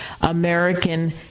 American